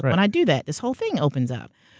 when i do that, this whole thing opens up.